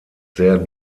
sehr